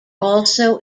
also